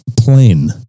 plane